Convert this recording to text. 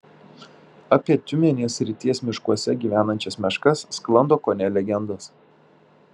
apie tiumenės srities miškuose gyvenančias meškas sklando kone legendos